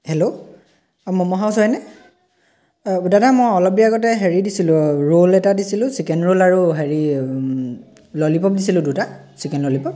hello অঁ momo house হয়নে দাদা মই অলপ দেৰি আগতে হেৰি দিছিলোঁ ৰোল এটা দিছিলোঁ চিকেন ৰোল আৰু হেৰি ললিপ'প দিছিলোঁ দুটা চিকেন ললিপ'প